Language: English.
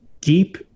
deep